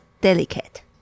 delicate